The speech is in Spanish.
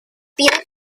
pide